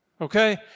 Okay